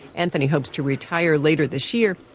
anthony hopes to retire later this year,